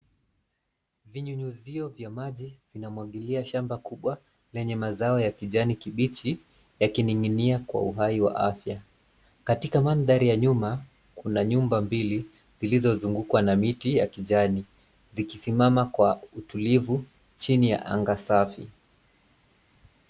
Vinyunyuzio vya maji, vinamwagilia shamba kubwa, lenye mazao ya kijani kibichi, yakining'inia kwa uhai wa afya. Katika mandhari ya nyuma, kuna nyumba mbili, zilizozungukwa na miti ya kijani, zikisimama kwa utulivu chini ya anga safi.